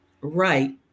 Right